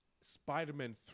Spider-Man